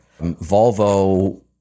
Volvo